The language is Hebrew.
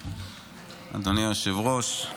אדוני היושב-ראש.